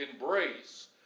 embrace